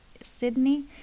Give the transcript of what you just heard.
Sydney